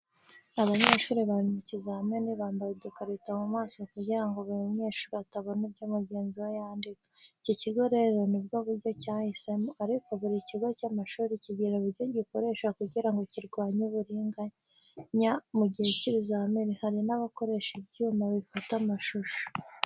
Abanyeshuri bari mu kizami bambaye udukarito mu maso kugira ngo buri munyeshuri atabona ibyo mugenzi we yandika. Iki kigo rero nibwo buryo cyahisemo, ariko buri kigo cy’amashuri kigira uburyo gikoresha kugira ngo kirwanye uburiganya mu gihe cy’ibizami hari n’abakoresha ibyuma bifata amashusho.